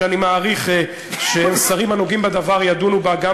ואני מעריך שהשרים הנוגעים בדבר ידונו בה גם